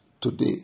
today